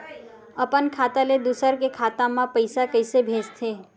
अपन खाता ले दुसर के खाता मा पईसा कइसे भेजथे?